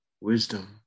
wisdom